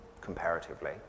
comparatively